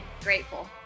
grateful